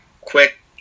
quick